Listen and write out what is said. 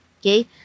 Okay